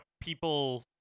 people